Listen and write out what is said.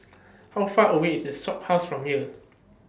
How Far away IS The Shophouse from here